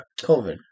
COVID